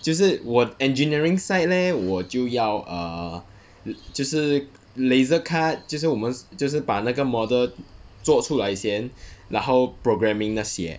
就是我 engineering side leh 我就要 err 就是 laser cut 就是我们就是我们把那个 model 做出来先然后 programming 那些